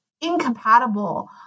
incompatible